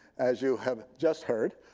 as you have just heard,